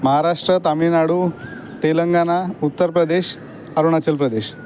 Maharashtra Tamil Nadu Telangana Uttar Pradesh Arunachal Pradesh